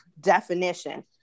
definition